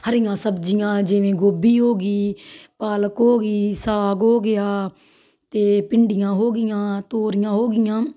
ਹਰੀਆਂ ਸਬਜ਼ੀਆਂ ਜਿਵੇਂ ਗੋਭੀ ਹੋ ਗਈ ਪਾਲਕ ਹੋ ਗਈ ਸਾਗ ਹੋ ਗਿਆ ਅਤੇ ਭਿੰਡੀਆਂ ਹੋ ਗਈਆਂ ਤੋਰੀਆਂ ਹੋ ਗਈਆਂ